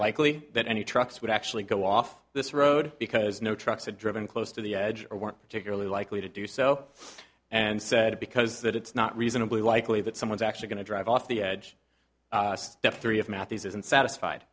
likely that any trucks would actually go off this road because no trucks had driven close to the edge or weren't particularly likely to do so and said because that it's not reasonably likely that someone's actually going to drive off the edge step three of matthijs isn't satisfied